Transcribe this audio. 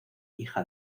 hija